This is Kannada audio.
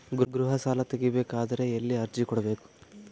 ಗೃಹ ಸಾಲಾ ತಗಿ ಬೇಕಾದರ ಎಲ್ಲಿ ಅರ್ಜಿ ಕೊಡಬೇಕು?